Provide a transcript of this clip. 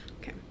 Okay